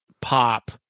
pop